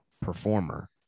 performer